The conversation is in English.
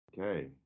Okay